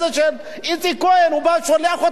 שולח אותו לתת דין-וחשבון.